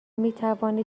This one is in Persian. میتوانید